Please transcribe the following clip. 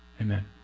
Amen